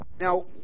Now